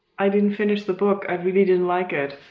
i didn't finish the book and really didn't like it.